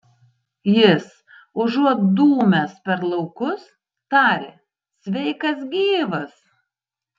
jis užuot dūmęs per laukus taria sveikas gyvas